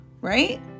right